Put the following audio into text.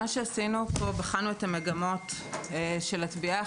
בעבודה שלנו בחנו את הנתונים של הטביעה.